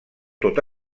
tot